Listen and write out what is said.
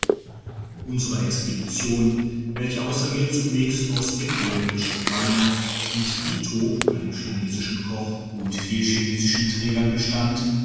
unsere expedition welche ausser mir zunächst aus den dolmetschern greiner und ito einem chinesischen koch digitized by google digitized by google und vier chinesischen trägern bestand